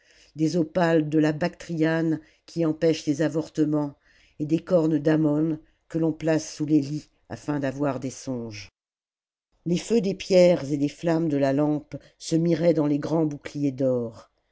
des opales de la bactriane qui empêchent les avortements et des cornes d'ammon que ton place sous les lits afin d'avoir des songes les feux des pierres et les flammes de la lampe se miraient dans les grands boucliers d'or